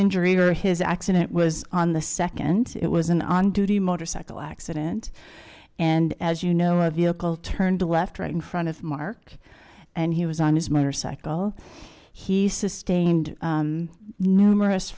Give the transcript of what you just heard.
injury or his accident was on the second it was an on duty motorcycle accident and as you know a vehicle turned left right in front of mark and he was on his motorcycle he sustained numerous